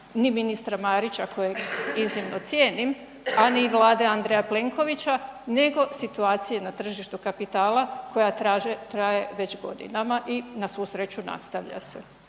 ni ministar Marića kojeg iznimno cijenim a ni Vlade A. Plenkovića nego situacije na tržištu kapitala koja traje već godinama i na svu sreću nastavlja se.